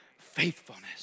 faithfulness